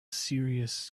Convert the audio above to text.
serious